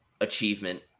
achievement